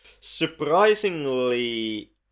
surprisingly